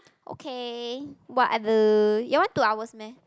okay what other your one two hours meh